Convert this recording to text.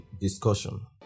discussion